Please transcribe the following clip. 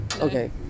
Okay